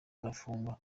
arafungwa